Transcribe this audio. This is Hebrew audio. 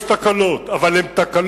יש תקלות, אבל הן תקלות,